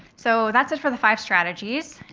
so that's it for the five strategies.